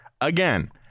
Again